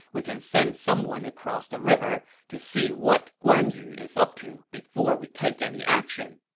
we can send someone across the river to see what guan yu is up to before we take any action.